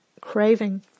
craving